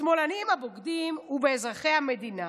בשמאלנים הבוגדים ובאזרחי המדינה.